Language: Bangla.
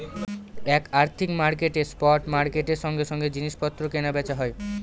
এক আর্থিক মার্কেটে স্পট মার্কেটের সঙ্গে সঙ্গে জিনিস পত্র কেনা বেচা হয়